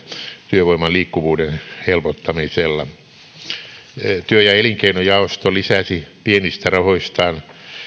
työvoiman liikkuvuuden helpottamisella työ ja elinkeinojaosto lisäsi pienistä rahoistaan